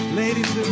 ladies